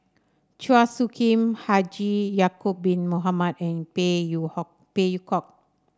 Chua Soo Khim Haji Ya'acob Bin Mohamed and Phey Yew Hok Phey Yew Kok